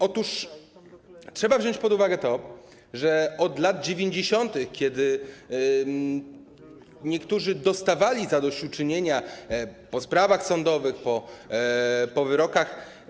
Otóż trzeba wziąć pod uwagę to, że od lat 90., kiedy niektórzy dostawali zadośćuczynienia po sprawach sądowych, po wyrokach.